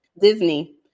Disney